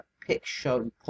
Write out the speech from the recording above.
Picture